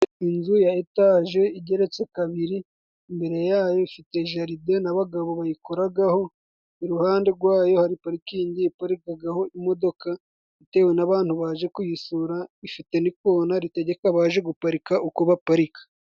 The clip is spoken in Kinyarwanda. Inzu ya etaje igeretse kabiri, imbere yayo ifite jaride n'abagabo bayikoragaho. Iruhande rwayo hari parikingi iparikagaho imodoka bitewe n'abantu baje kuyisura. ifite n'ikona ritegeka abaje guparika uko baparirika.